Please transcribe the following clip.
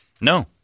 No